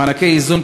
מענקי איזון,